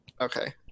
Okay